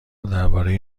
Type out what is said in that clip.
درباره